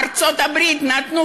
ארצות-הברית נתנו,